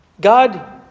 God